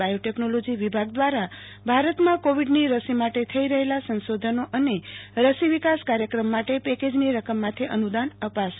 biotechnology વિભાગ દ્વારા ભારતમાં કોવીડની રસી માટે થઈ રહેલા સંશોધનો અને રસી વિકાસ કાર્યક્રમ માટે પેકેજની રકમમાંથી અનુદાન અપાશે